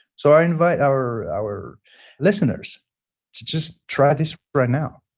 so i invite our our listeners to just try this right now.